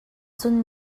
cun